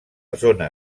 zona